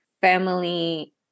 family